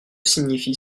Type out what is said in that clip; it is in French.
signifie